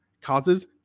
causes